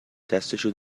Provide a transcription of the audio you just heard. دستشو